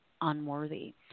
unworthy